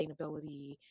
sustainability